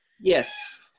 Yes